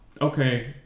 okay